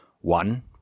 one